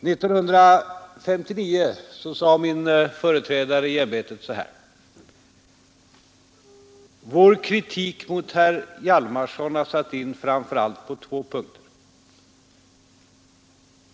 1959 sade min företrädare i ämbetet: ”Vår kritik mot herr Hjalmarson har satt in framför allt på två punkter.